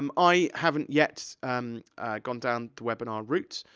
um i haven't yet gone down the webinar route,